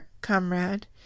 comrade